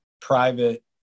private